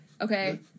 Okay